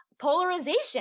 polarization